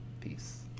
Peace